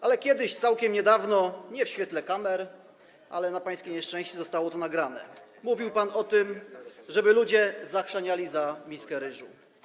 Ale kiedyś, całkiem niedawno - nie w świetle kamer, ale na pańskie nieszczęście zostało to nagrane - mówił pan o tym, żeby ludzie zachrzaniali za miskę ryżu.